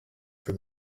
from